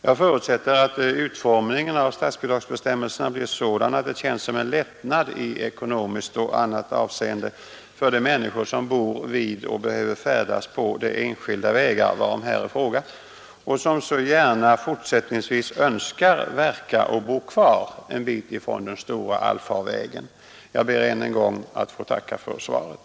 Jag förutsätter att utformningen av statsbidragsbestämmelserna blir sådan att det känns som en lättnad i ekonomiskt och annat avseende för de människor som bor vid och behöver färdas på de enskilda vägar varom här är fråga och som så gärna fortsättningsvis önskar verka och bo kvar en bit från stora allfarvägen. Jag ber än en gång att få tacka för svaret.